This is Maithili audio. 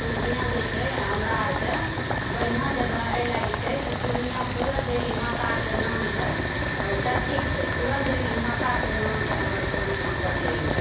पूर्णियाँ जे छै हमरा आरके बढ़िआँ जगह एहि लएकऽ छै कि पूर्णियाँ पुरनदेवी माताके नामसँ चर्चित छै पुरनदेवीके माताके नामसँ हमर पूर्णियाँ पड़लैए